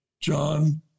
John